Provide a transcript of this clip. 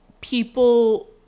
people